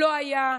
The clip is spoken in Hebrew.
לא היה.